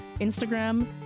Instagram